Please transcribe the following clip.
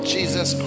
Jesus